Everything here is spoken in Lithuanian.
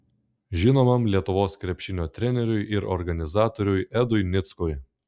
žinomam lietuvos krepšinio treneriui ir organizatoriui edui nickui